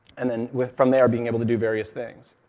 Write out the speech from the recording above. and then from there, being able to do various things.